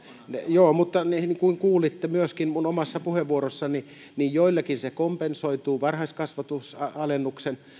joo mutta niin kuin kuulitte myöskin puheenvuorossani niin joillekin se kompensoituu varhaiskasvatusmaksun alennuksen